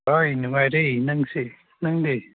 ꯍꯣꯏ ꯅꯨꯡꯉꯥꯏꯔꯤ ꯅꯪꯁꯤ ꯅꯪꯗꯤ